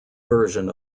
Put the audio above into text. version